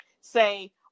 say